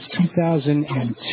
2002